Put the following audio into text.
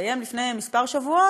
שהסתיים לפני כמה שבועות,